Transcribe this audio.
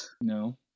No